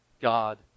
God